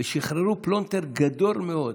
שחררו פלונטר גדול מאוד.